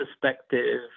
perspective